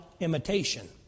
imitation